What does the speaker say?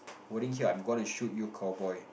wording here I'm gonna shoot you cowboy